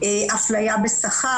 אפליה בשכר.